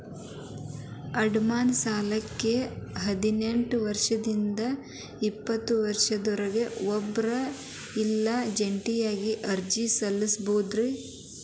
ಅಡಮಾನ ಸಾಲಕ್ಕ ಹದಿನೆಂಟ್ ವರ್ಷದಿಂದ ಎಪ್ಪತೈದ ವರ್ಷದೊರ ಒಬ್ರ ಇಲ್ಲಾ ಜಂಟಿಯಾಗಿ ಅರ್ಜಿ ಸಲ್ಲಸಬೋದು